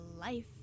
life